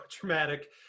dramatic